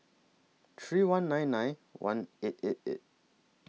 three one nine nine one eight eight eight